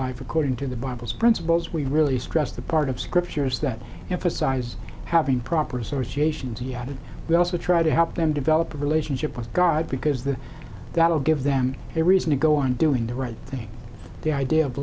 life according to the bible's principles we really stress the part of scriptures that emphasize having proper associations you have that we also try to help them develop a relationship with god because the got to give them a reason to go on doing the right thing the idea of